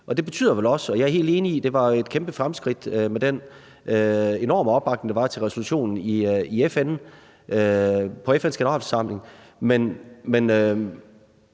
som ligeværdige på – og jeg er helt enig i, at det var et kæmpe fremskridt med den enorme opbakning, der var til resolutionen på FN's Generalforsamling